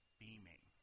beaming